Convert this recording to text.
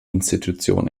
institution